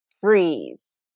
freeze